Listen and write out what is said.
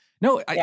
No